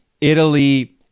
Italy